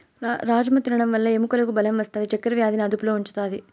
రాజ్మ తినడం వల్ల ఎముకలకు బలం వస్తాది, చక్కర వ్యాధిని అదుపులో ఉంచుతాది